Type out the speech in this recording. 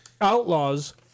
outlaws